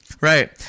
Right